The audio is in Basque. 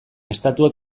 estatuek